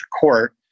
court